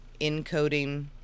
encoding